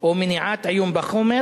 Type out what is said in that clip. או מניעת עיון בחומר,